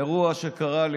אירוע שקרה לי.